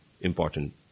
important